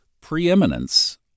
Preeminence